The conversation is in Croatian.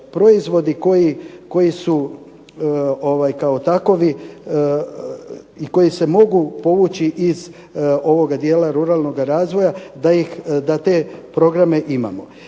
koji su kao takvi i koji se mogu povući iz ovoga dijela ruralnog razvoja da te programe imamo.